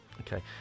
Okay